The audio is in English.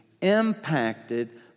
impacted